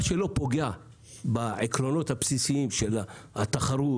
מה שלא פוגע בעקרונות הבסיסיים של התחרות,